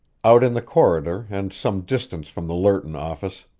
out in the corridor and some distance from the lerton office,